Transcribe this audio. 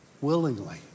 willingly